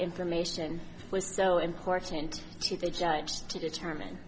information was so important to the judge to determine